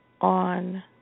On